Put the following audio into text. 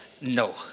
no